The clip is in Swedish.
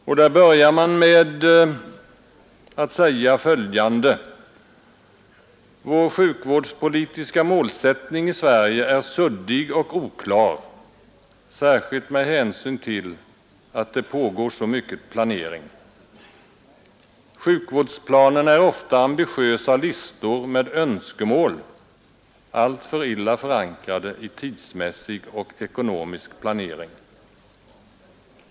Den redogörelsen börjar på följande sätt: ”Vår sjukvårdspolitiska målsättning i Sverige är suddig och oklar, särskilt med hänsyn till att det pågår så mycket planering. Sjukvårdsplanerna är ofta ambitiösa listor med önskemål, alltför illa förankrade i tidsmässig och ekonomisk planering.